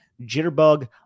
jitterbug –